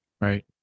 Right